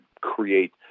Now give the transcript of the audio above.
create